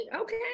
Okay